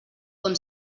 com